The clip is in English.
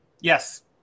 Yes